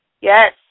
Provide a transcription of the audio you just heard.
Yes